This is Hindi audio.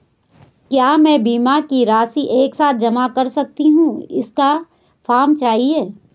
क्या मैं बीमा की राशि एक साथ जमा कर सकती हूँ इसका फॉर्म चाहिए?